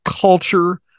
culture